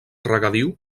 regadiu